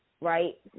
right